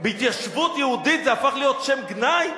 בהתיישבות יהודית זה הפך להיות שם גנאי?